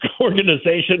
organization